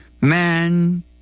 man